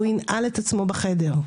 הוא ינעל את עצמו בחדר.